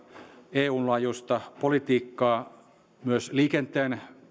eun laajuista politiikkaa myös liikenteen